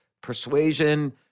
persuasion